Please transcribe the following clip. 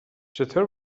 چطور